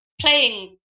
playing